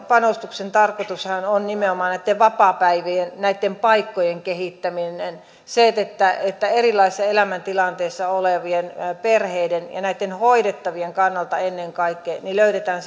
panostuksen pääasiallinen tarkoitushan on nimenomaan näitten vapaapäivien näitten paikkojen kehittäminen se että että erilaisessa elämäntilanteessa olevien perheiden ja ennen kaikkea näitten hoidettavien kannalta löydetään